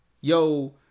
yo